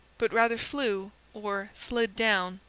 but rather flew or slid down,